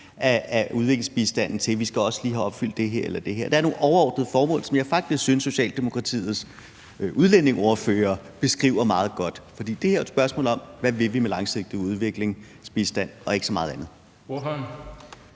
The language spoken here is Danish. af udviklingsbistanden til, at vi også lige skal have opfyldt det her eller det her. Der er nogle overordnede formål, som jeg faktisk synes Socialdemokratiets udlændingeordfører beskriver meget godt. For det er jo et spørgsmål om, hvad vi vil med den langsigtede udviklingsbistand, og ikke så meget andet.